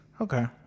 Okay